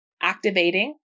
activating